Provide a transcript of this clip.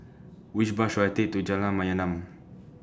Which Bus should I Take to Jalan Mayaanam